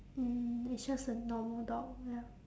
mm it's just a normal dog ya